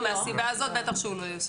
לא, מהסיבה הזאת בטח שהוא לא יסורב.